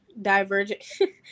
Divergent